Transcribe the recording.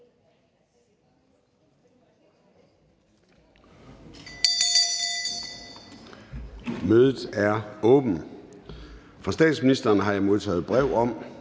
Mødet er åbnet. Fra statsministeren har jeg modtaget brev om,